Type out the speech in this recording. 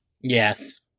yes